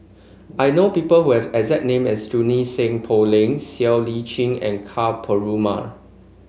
I know people who have exact name as Junie Sng Poh Leng Siow Lee Chin and Ka Perumal